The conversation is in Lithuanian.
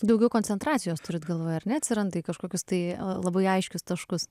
daugiau koncentracijos turit galvoje ar ne atsiranda į kažkokius tai labai aiškius taškus